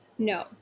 No